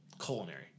culinary